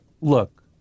look